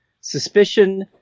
suspicion